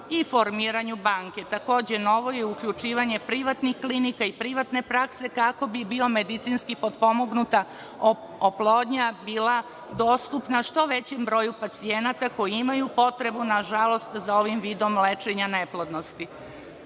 i formiranju banke. Takođe, novo je i uključivanje privatnih klinika i privatne prakse, kako bi biomedicinski potpomognuta oplodnja bila dostupna što većem broju pacijenata koji imaju potrebu, nažalost, za ovim vidom lečenja neplodnosti. Znači,